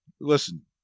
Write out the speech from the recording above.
listen